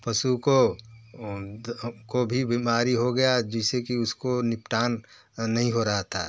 पशु को को भी बीमारी हो गया जिससे कि उसको निपटान नहीं हो रहा था